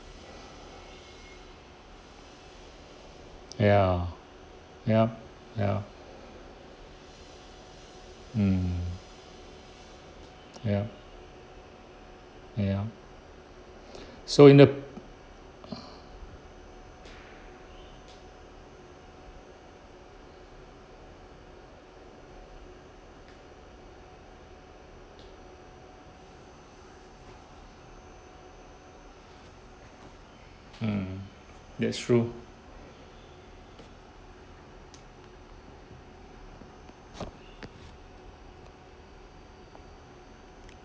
ya yup yup mm yup yup so in the mm that's true